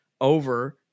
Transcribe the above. over